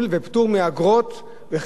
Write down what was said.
שמגיעים למגזר הפרטי,